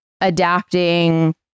adapting